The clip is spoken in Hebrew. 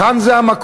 כאן זה המקום,